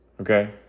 Okay